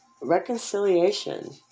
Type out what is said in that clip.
Reconciliation